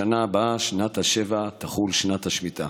בשנה הבאה, שנת השבע, תחול שנת שמיטה.